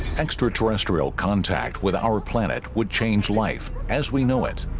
extraterrestrial contact with our planet would change life as we know it